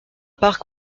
parc